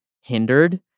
hindered